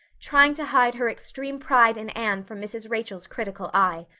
trying to hide her extreme pride in anne from mrs. rachel's critical eye.